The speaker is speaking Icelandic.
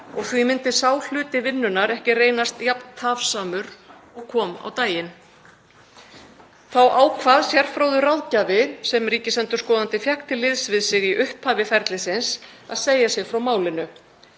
og því myndi sá hluti vinnunnar ekki reynast jafn tafsamur og kom á daginn. Þá ákvað sérfróður ráðgjafi, sem ríkisendurskoðandi fékk til liðs við sig í upphafi ferlisins, að segja sig frá málinu